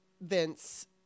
Vince